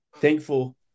thankful